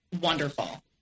wonderful